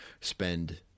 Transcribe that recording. spend